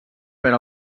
per